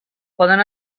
poden